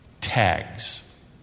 tags